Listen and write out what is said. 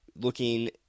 looking